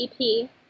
EP